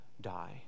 die